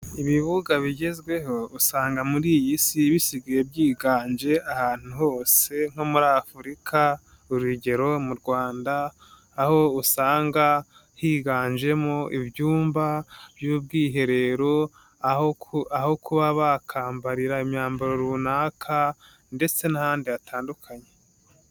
Ibibuga bigezweho, usanga muri iyi si bisigaye byiganje ahantu hose nko muri Afurika, urugero mu Rwanda, aho usanga higanjemo ibyumba by'ubwiherero, aho aho kuba bakambarira imyambaro runaka ndetse n'ahandi hatandukanye.